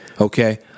Okay